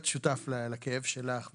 שותף לכאב שלך.